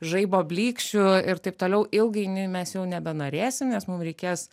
žaibo blyksčių ir taip toliau ilgainiui mes jau nebenorėsim nes mum reikės